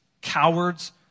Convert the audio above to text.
cowards